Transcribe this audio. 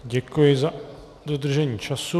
Děkuji za dodržení času.